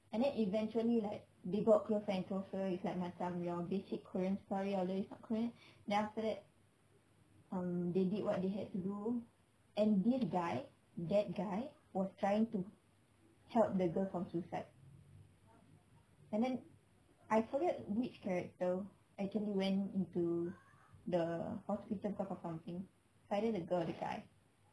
and then eventually like they got closer and closer it's like macam your basic korean story although it's not korean then after that um they did what they had to do and this guy that guy was trying to help the girl from suicide